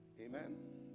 Amen